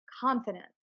confidence